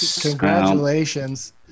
Congratulations